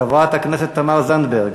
חברת הכנסת תמר זנדברג,